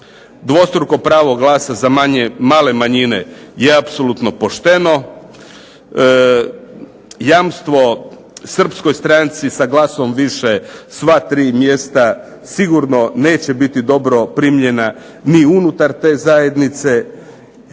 dvostruko pravo glasa za male manjine je apsolutno pošteno. Jamstvo srpskoj stranci sa glasom više sva tri mjesta sigurno neće biti dobro primljena ni unutar te zajednice.